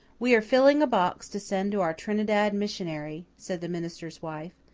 we are filling a box to send to our trinidad missionary, said the minister's wife,